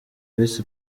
visi